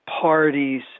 parties